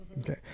Okay